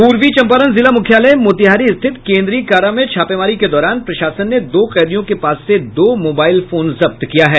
पूर्वी चंपारण जिला मुख्यालय मोतिहारी स्थित केन्द्रीय कारा में छापेमारी के दौरान प्रशासन ने दो कैदियों के पास से दो मोबाईल फोन जब्त किया है